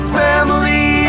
family